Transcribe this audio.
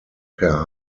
per